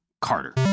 Carter